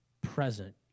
present